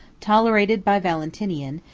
tolerated by valentinian,